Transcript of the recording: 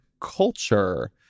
culture